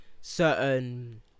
certain